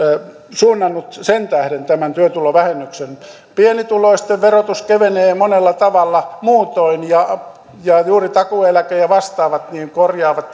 suunnannut sen tähden tämän työtulovähennyksen pienituloisten verotus kevenee monella tavalla muutoin ja ja juuri takuueläke ja vastaavat korjaavat